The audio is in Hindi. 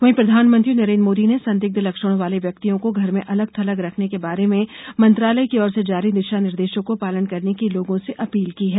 वहीं प्रधानमंत्री नरेन्द्र मोदी ने संदिग्ध लक्षणों वाले व्यक्तियों को घर में अलग थलग रखने के बारे में मंत्रालय की ओर से जारी दिशा निर्देशों को पालन करने की लोगों से अपील की है